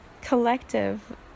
collective